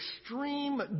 extreme